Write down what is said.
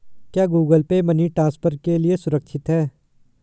क्या Google Pay money transfer के लिए सुरक्षित है?